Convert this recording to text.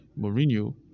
Mourinho